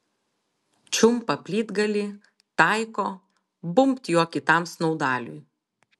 čiumpa plytgalį taiko bumbt juo kitam snaudaliui